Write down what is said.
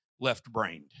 left-brained